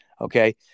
Okay